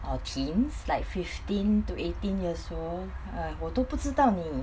our teens like fifteen to eighteen years or err 我都不知道你